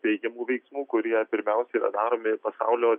teigiamų veiksmų kurie pirmiausia yra daromi pasaulio